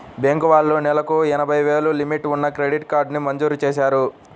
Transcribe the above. bank వాళ్ళు నెలకు ఎనభై వేలు లిమిట్ ఉన్న క్రెడిట్ కార్డుని మంజూరు చేశారు